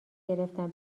گرفتم